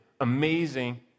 amazing